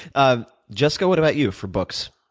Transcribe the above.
um jessica, what about you for books?